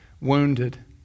wounded